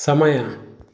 ಸಮಯ